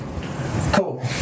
Cool